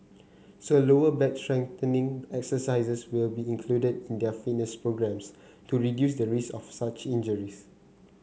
so lower back strengthening exercises will be included in their fitness programs to reduce the risk of such injuries